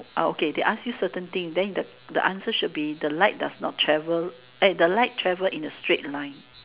okay they ask you certain thing then the the answer should be the light does not travel the light travel in a straight line